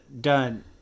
done